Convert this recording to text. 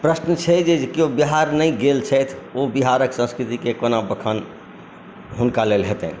प्रश्न छै जे किओ बिहार नहि गेल छथि ओ बिहारक संस्कृतिके कोना बखान हुनका लेल हेतनि